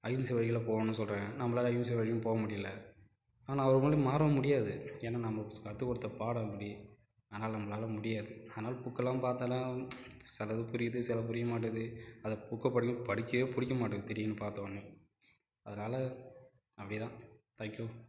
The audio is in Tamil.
அகிம்சை வழியில் போகணும்னு சொல்லுறாங்க நம்மளால் அகிம்சை வழியும் போக முடியல ஆனால் அவர் மாரி மாறவும் முடியாது ஏன்னா நமக்கு கற்றுக்குடுத்த பாடம் அப்படி ஆனால் நம்மளால் முடியாது ஆனா புக்கைலாம் பார்த்தாலும் சிலது புரிது சிலது புரியமாட்டுது அந்த புக்கை படிக்கவே பிடிக்கமாட்டுது திடீர்னு பார்த்தோன்னே அதனால அப்டியே தான் தேங்க் யூ